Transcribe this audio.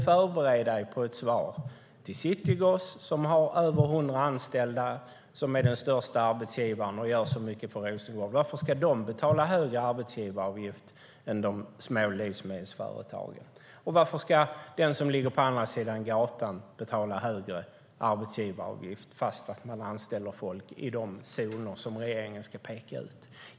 Förbered ett svar till City Gross, som har över 100 anställda och är den största arbetsgivaren, som gör mycket för Rosengård. Varför ska de betala högre arbetsgivaravgift än de små livsmedelsföretagen? Och varför ska den butik som ligger på andra sidan gatan betala högre arbetsgivaravgift fastän man anställer folk i de zoner som regeringen pekar ut?